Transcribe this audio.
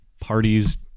parties